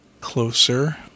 closer